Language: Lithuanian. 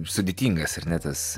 sudėtingas ar ne tas